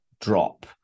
drop